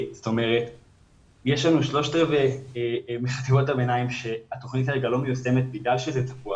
יש נו 3/4 מחטיבות הביניים שהתכנית כרגע לא מיושמת בגלל שזה תקוע